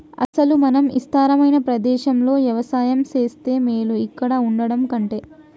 అసలు మనం ఇస్తారమైన ప్రదేశంలో యవసాయం సేస్తే మేలు ఇక్కడ వుండటం కంటె